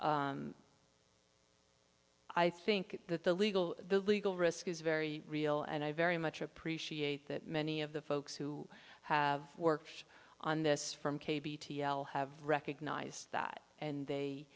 detail i think that the legal the legal risk is very real and i very much appreciate that many of the folks who have worked on this from k b t l have recognized that and they